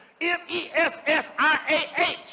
M-E-S-S-I-A-H